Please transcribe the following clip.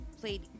played